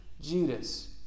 Judas